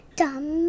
dumb